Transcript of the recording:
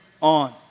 on